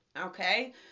okay